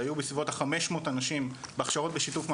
היו בסביבות ה-500 אנשים בהכשרות בשיתוף מעסיקים,